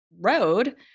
road